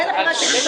לא.